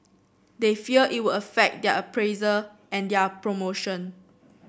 they fear it will affect their appraisal and their promotion